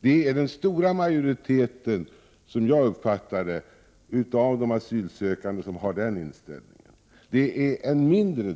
Som jag uppfattar det har den stora majoriteten asylsökande den inställningen. Det är en mindre,